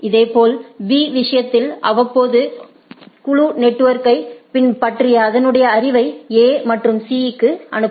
இதேபோல் B விஷயத்தில் அவ்வப்போது முழு நெட்வொர்க் க்கைப் பற்றிய அதனுடைய அறிவை A மற்றும் C க்கு அனுப்பும்